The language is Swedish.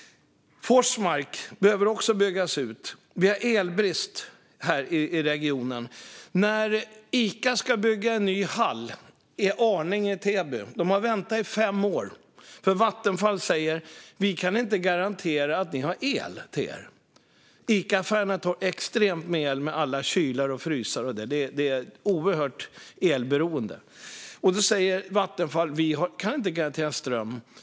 Forsmark behöver också byggas ut. Vi har elbrist här i regionen. Ica ska bygga en ny hall i Arninge, Täby. De har väntat i fem år, för Vattenfall säger att man inte kan garantera att man har el till dem. Ica drar extremt mycket el med alla kylar och frysar. De är oerhört elberoende, och Vattenfall säger att man inte kan garantera ström.